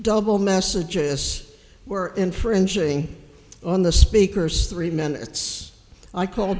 double messages were infringing on the speaker story minutes i called